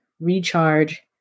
recharge